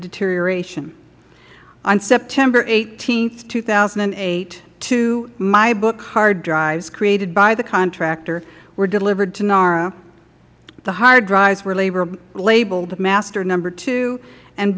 deterioration on september eighteen two thousand and eight two my book hard drives created by the contractor were delivered to nara the hard drives were labeled master no two and